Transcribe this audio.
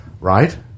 right